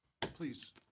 please